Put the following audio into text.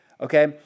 okay